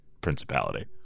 principality